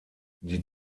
die